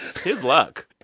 his luck.